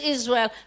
Israel